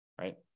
right